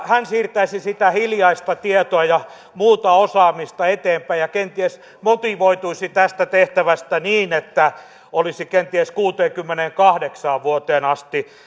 hän siirtäisi sitä hiljaista tietoa ja muuta osaamista eteenpäin ja kenties motivoituisi tästä tehtävästä niin että olisi kenties kuuteenkymmeneenkahdeksaan vuoteen asti